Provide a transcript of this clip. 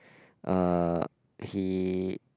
uh he